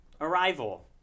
Arrival